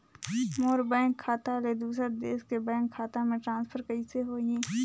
मोर bank खाता ले दुसर देश के बैंक खाता मे ट्रांसफर कइसे होही?